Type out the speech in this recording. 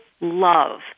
love